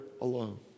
alone